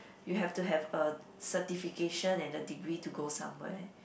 you have to have a certification and a degree to go somewhere